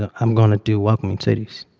ah i'm going to do welcoming cities